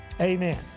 amen